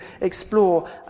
explore